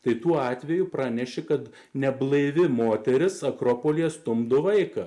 tai tuo atveju pranešė kad neblaivi moteris akropolyje stumdo vaiką